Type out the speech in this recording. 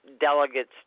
delegates